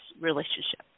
relationship